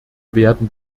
werden